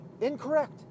Incorrect